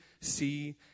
see